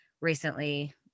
recently